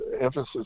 emphasis